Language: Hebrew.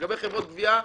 לגבי חברות הגבייה,